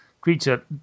creature